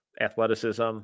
athleticism